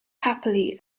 happily